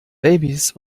babys